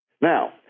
Now